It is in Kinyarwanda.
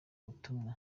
butumwa